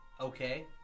okay